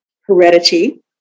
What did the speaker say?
heredity